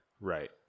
right